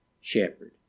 shepherd